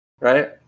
Right